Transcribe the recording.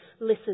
Listen